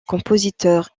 compositeur